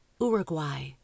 Uruguay